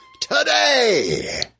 today